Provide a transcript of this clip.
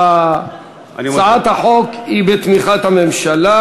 הצעת החוק היא בתמיכת הממשלה,